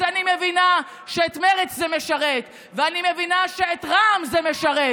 אז אני מבינה שאת מרצ זה משרת ואני מבינה שאת רע"מ זה משרת,